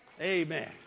Amen